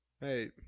Hey